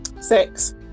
Six